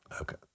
Okay